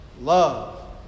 Love